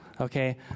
okay